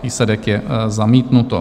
Výsledek: zamítnuto.